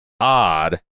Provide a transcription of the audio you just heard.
odd